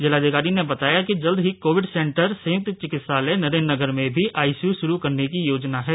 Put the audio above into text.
जिलाधिकारी ने बताया कि जल्द ही कोविड सेंटर संयुक्त चिकित्सालय नरेंद्रनगर में भी आईसीयू शुरू करने की योजना है